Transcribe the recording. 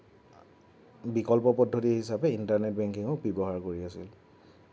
বিকল্প পদ্ধতি হিচাপে ইণ্টাৰনেট বেংকিঙক ব্যৱহাৰ কৰি আছে